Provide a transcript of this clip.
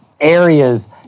areas